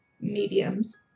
mediums